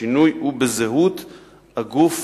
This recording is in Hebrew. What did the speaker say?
השינוי הוא בזהות הגוף